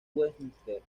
westminster